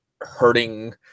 hurting